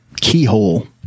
Keyhole